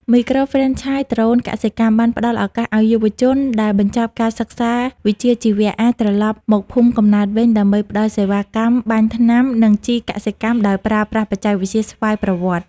មីក្រូហ្វ្រេនឆាយ ដ្រូនកសិកម្ម បានផ្ដល់ឱកាសឱ្យយុវជនដែលបញ្ចប់ការសិក្សាវិជ្ជាជីវៈ អាចត្រឡប់មកភូមិកំណើតវិញដើម្បីផ្ដល់សេវាកម្មបាញ់ថ្នាំ និងជីកសិកម្មដោយប្រើប្រាស់បច្ចេកវិទ្យាស្វ័យប្រវត្តិ។